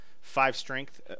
Five-strength